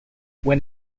when